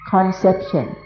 Conception